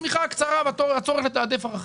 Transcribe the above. השמיכה הקצרה והצורך לתעדף ערכים.